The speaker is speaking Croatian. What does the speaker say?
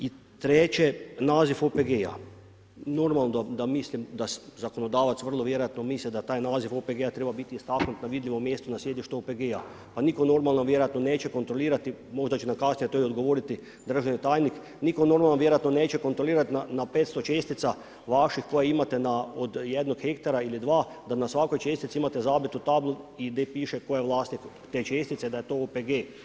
I treće, naziv OPG-a, normalno da mislim da zakonodavac vrlo vjerojatno misli da taj naziv OPG-a treba biti istaknut na vidljivom mjestu na sjedištu OPG-a. a niko normalan vjerojatno neće kontrolirati, možda će nam kasnije to i odgovoriti državni tajnik, niko normalan neće kontrolirati na 500 čestica vaših koja imate od jednog hektara ili dva da na svakoj čestici imate zabitu tablu i gdje piše tko je vlasnik te čestice da je to OPG taj i taj.